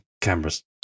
cameras